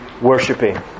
worshiping